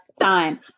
time